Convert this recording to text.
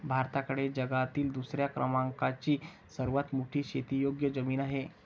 भारताकडे जगातील दुसऱ्या क्रमांकाची सर्वात मोठी शेतीयोग्य जमीन आहे